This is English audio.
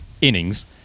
innings